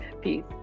Peace